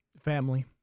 Family